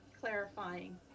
clarifying